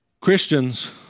Christians